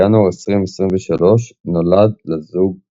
בינואר 2023 נולד לזוג בן.